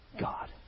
God